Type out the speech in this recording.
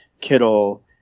Kittle